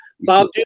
Bob